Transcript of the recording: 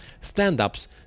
Stand-ups